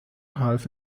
half